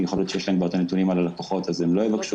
יכול להיות שיש להם כבר את הנתונים על הלקוחות ואז הם לא יבקשו,